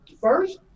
first